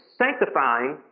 sanctifying